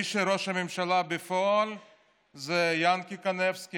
ראש הממשלה הוא יענקי קנייבסקי,